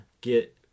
get